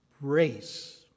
race